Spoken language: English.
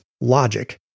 logic